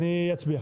אני אצביע.